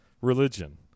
religion